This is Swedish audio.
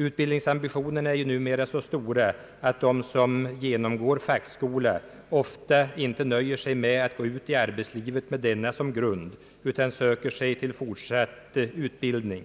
Utbildningsambitionerna är ju numera så stora, att de som genomgår fackskola ofta inte nöjer sig med att gå ut i arbetslivet med denna som grund utan söker sig till fortsatt utbildning.